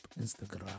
Instagram